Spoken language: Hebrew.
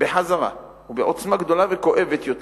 ובעוצמה גדולה וכואבת יותר.